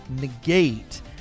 negate